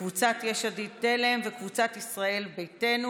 קבוצת יש עתיד-תל"ם וקבוצת ישראל ביתנו.